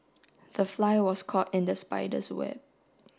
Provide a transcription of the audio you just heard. the fly was caught in the spider's web